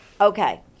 Okay